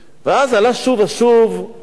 ואז עולה שוב ושוב המציאות